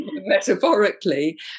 metaphorically